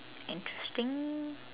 interesting